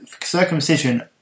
circumcision –